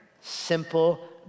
simple